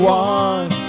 one